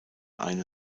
eine